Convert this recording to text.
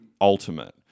Ultimate